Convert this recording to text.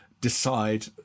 decide